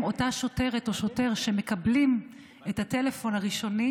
אותה שוטרת או שוטר שמקבלים את הטלפון הראשוני